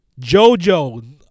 Jojo